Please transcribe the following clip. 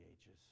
ages